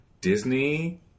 Disney